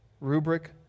rubric